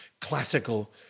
classical